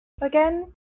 again